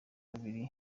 babiri